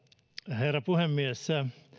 herra puhemies